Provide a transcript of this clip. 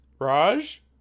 Raj